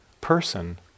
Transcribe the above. person